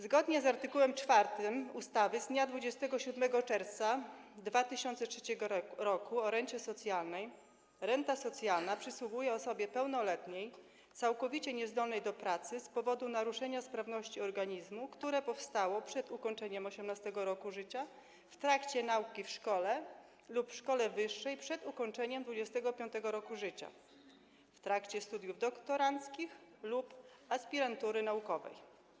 Zgodnie z art. 4 ustawy z dnia 27 czerwca 2003 r. o rencie socjalnej renta socjalna przysługuje osobie pełnoletniej całkowicie niezdolnej do pracy z powodu naruszenia sprawności organizmu, które powstało przed ukończeniem 18. roku życia, w trakcie nauki w szkole lub w szkole wyższej przed ukończeniem 25. roku życia, w trakcie studiów doktoranckich lub aspirantury naukowej.